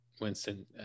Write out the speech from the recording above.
Winston